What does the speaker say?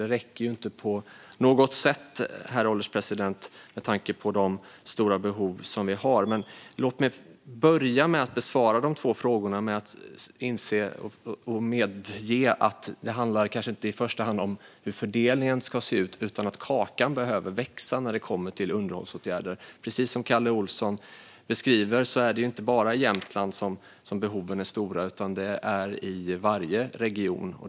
Det räcker ändå inte på något sätt, med tanke på de stora behov vi har, herr ålderspresident. Men låt mig börja med att besvara de två frågorna med att jag inser och medger att det kanske inte i första hand handlar om hur fördelningen ska se ut utan om att kakan behöver växa när det kommer till underhållsåtgärder. Precis som Kalle Olsson beskriver är det inte bara i Jämtland som behoven är stora. Det gäller i varje region.